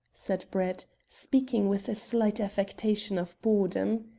said brett, speaking with a slight affectation of boredom.